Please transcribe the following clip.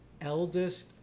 eldest